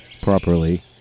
properly